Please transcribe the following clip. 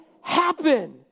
happen